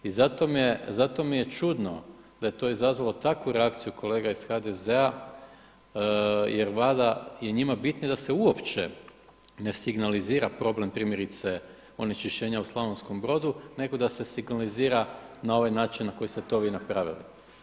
I zato mi je čudno da je to izazvalo takvu reakciju kolega iz HDZ-a jer valjda je njima bitnije da se uopće ne signalizira problem primjerice onečišćenja u Slavonskom Brodu, nego da se signalizira na ovaj način na koji ste vi to napravili.